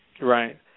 Right